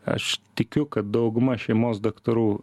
aš tikiu kad dauguma šeimos daktarų